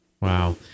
Wow